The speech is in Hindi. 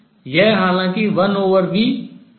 यह हालांकि 1v∂f∂t हो जाता है